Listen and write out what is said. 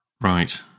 Right